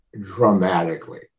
dramatically